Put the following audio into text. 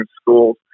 schools